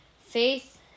Faith